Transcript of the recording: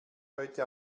heute